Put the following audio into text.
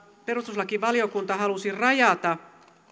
perustuslakivaliokunta halusi rajata